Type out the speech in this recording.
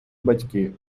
батьки